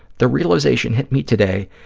the realization hit me today,